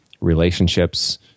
relationships